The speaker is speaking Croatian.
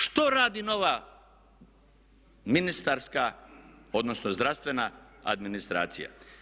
Što radi nova ministarska, odnosno zdravstvena administracija?